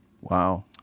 Wow